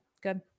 Good